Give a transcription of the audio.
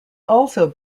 also